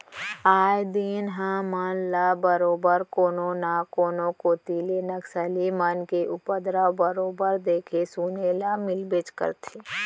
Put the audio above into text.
आए दिन हमन ल बरोबर कोनो न कोनो कोती ले नक्सली मन के उपदरव बरोबर देखे सुने ल मिलबेच करथे